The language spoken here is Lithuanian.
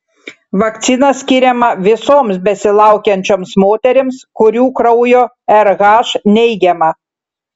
vakcina skiriama visoms besilaukiančioms moterims kurių kraujo rh neigiama